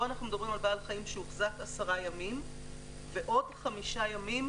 פה אנחנו מדברים על בעל חיים שהוחזק עשרה ימים ואחר כך עוד חמישה ימים